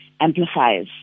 amplifies